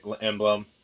emblem –